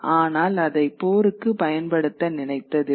ஆனால் அதை போருக்கு பயன்படுத்த நினைத்ததில்லை